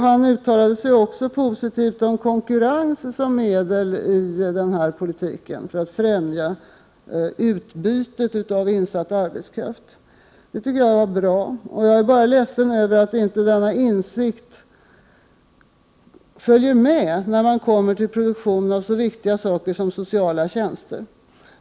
Han uttalar sig också positivt om konkurrensen som medel i politiken att främja utbytet av insatt arbetskraft. Det tycker jag var bra. Jag är bara ledsen över att inte denna insikt följer med när man kommer till produktionen och så viktiga saker som sociala tjänster.